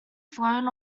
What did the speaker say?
flown